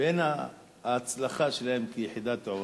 בין ההצלחה שלהם כיחידת "עוז"